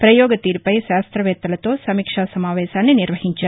ప్రయోగ తీరుపై శాస్త్రవేత్తలతో సమీకా సమావేశాన్ని నిర్వహించారు